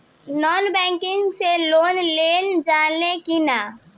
Non banking से loan लेल जा ले कि ना?